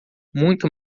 muito